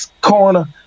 corner